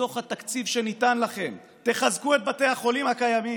מתוך התקציב שניתן לכם תחזקו את בתי החולים הקיימים,